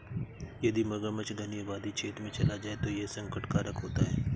यदि मगरमच्छ घनी आबादी क्षेत्र में चला जाए तो यह संकट कारक होता है